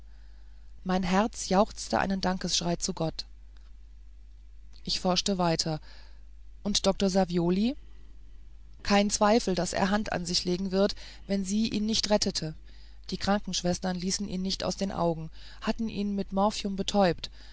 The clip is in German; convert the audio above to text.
mein herz jauchzte einen dankesschrei zu gott ich forschte weiter und dr savioli kein zweifel daß er hand an sich legen wird wenn sie ihn nicht rettete die krankenschwestern ließen ihn nicht aus den augen hatten ihn mit morphium betäubt